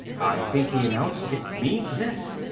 i think, he announced, it means this.